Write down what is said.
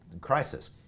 crisis